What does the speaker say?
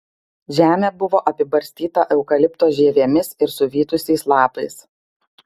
žemė buvo apibarstyta eukalipto žievėmis ir suvytusiais lapais